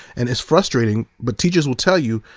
and its frustrating but teachers will tell you,